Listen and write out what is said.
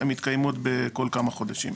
הן מתקיימות כל כמה חודשים.